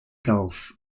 gulf